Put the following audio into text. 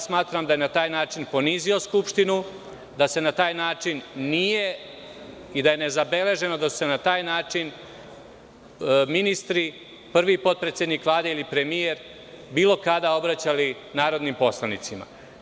Smatram da je na taj način ponizio Skupštinu, da je nezabeleženo da su se na taj način ministri, prvi potpredsednik Vlade ili premijer bilo kada obraćali narodnim poslanicima.